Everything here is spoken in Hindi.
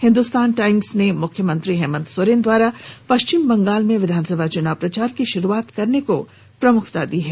हिन्दुस्तान टाईम्स ने मुख्यमंत्री हेमंत सोरेन द्वारा पश्चिम बंगाल में विधानसभा चुनाव प्रचार की शुरूआत करने की खबर को प्रमुखता से प्रकाशित किया है